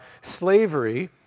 slavery